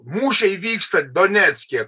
mūšiai vyksta donecke